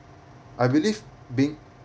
I believe being